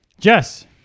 Jess